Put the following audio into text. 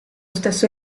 stesso